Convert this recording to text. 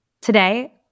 Today